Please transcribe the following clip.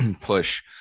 push